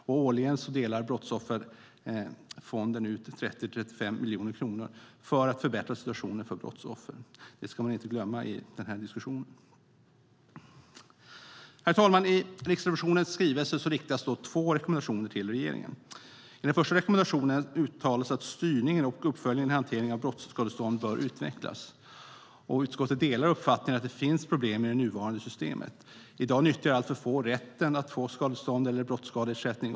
Brottsofferfonden delar årligen ut 30-35 miljoner kronor för att förbättra situationen för brottsoffer. Det ska man inte glömma i den här diskussionen. Herr talman! I Riksrevisionens skrivelse riktas två rekommendationer till regeringen. I den första rekommendationen uttalas att styrningen, uppföljningen och hanteringen av brottsskadestånd bör utvecklas. Utskottet delar uppfattningen att det finns problem i det nuvarande systemet. I dag nyttjar alltför få rätten att få skadestånd eller brottsskadeersättning.